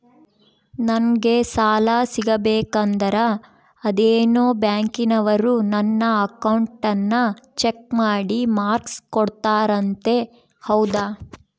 ನಂಗೆ ಸಾಲ ಸಿಗಬೇಕಂದರ ಅದೇನೋ ಬ್ಯಾಂಕನವರು ನನ್ನ ಅಕೌಂಟನ್ನ ಚೆಕ್ ಮಾಡಿ ಮಾರ್ಕ್ಸ್ ಕೋಡ್ತಾರಂತೆ ಹೌದಾ?